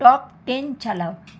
top ten চালাও